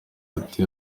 ati